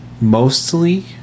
mostly